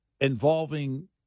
involving